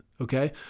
Okay